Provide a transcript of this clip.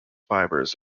fibres